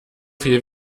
viel